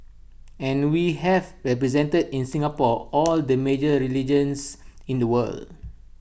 and we have represented in Singapore all the major religions in the world